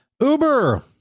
Uber